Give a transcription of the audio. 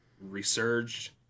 resurged